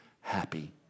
happy